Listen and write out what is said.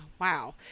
Wow